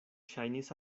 ŝajnis